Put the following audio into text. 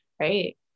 right